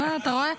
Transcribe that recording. רואה?